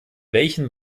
welchen